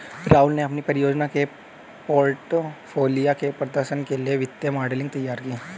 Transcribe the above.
राहुल ने अपनी परियोजना के पोर्टफोलियो के प्रदर्शन के लिए वित्तीय मॉडलिंग तैयार की